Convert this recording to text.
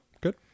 Good